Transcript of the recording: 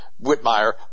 Whitmire